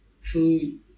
food